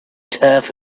turf